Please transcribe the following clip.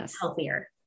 healthier